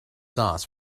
sauce